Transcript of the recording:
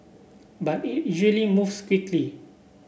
but it usually moves quickly